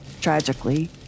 Tragically